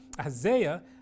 Isaiah